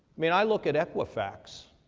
mean, i look at equifax.